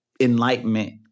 enlightenment